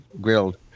grilled